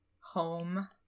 home